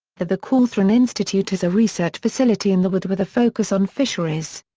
the the cawthron institute has a research facility in the wood with a focus on fisheries.